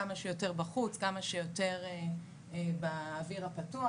כמה שיותר בחוץ וכמה שיותר באוויר הפתוח.